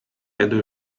edu